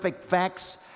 facts